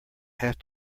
have